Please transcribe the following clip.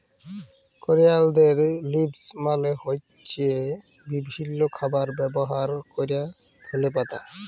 করিয়ালদের লিভস মালে হ্য়চ্ছে বিভিল্য খাবারে ব্যবহার ক্যরা ধলে পাতা